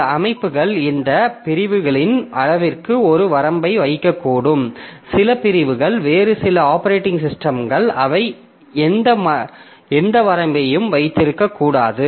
சில அமைப்புகள் இந்த பிரிவுகளின் அளவிற்கு ஒரு வரம்பை வைக்கக்கூடும் சில பிரிவுகள் வேறு சில ஆப்பரேட்டிங் சிஸ்டம்கள் அவை எந்த வரம்பையும் வைக்கக்கூடாது